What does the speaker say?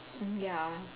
mm ya